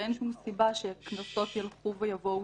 ואין שום סיבה שכנסות ילכו ויבואו,